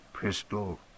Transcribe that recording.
pistol